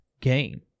game